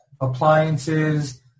appliances